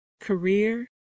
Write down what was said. career